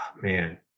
Man